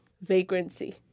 vagrancy